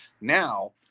now